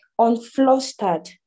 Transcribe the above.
unflustered